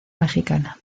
mexicana